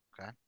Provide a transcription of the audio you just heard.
Okay